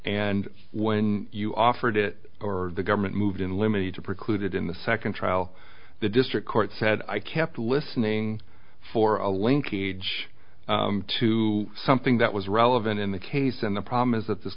and when you offered it or the government moved in limited to preclude it in the second trial the district court said i kept listening for a linkage to something that was relevant in the case and the problem is that this